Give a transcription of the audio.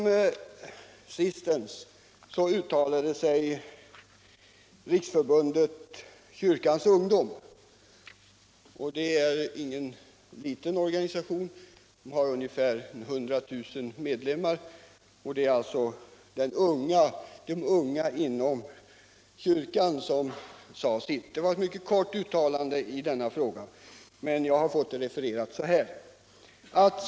För inte så länge sedan uttalade sig Riksförbundet kyrkans ungdom, som med sina ungefär 100 000 medlemmar inte är någon liten organisation. Det gäller alltså de unga inom svenska kyrkan. Uttalandet i denna fråga var mycket kort och har refererats för mig så här.